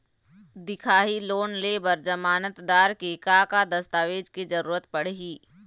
दिखाही लोन ले बर जमानतदार के का का दस्तावेज के जरूरत पड़ही?